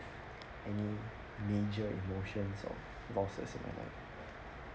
any major emotions or losses in my life